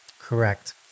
Correct